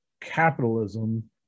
capitalism